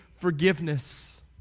forgiveness